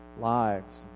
lives